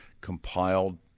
compiled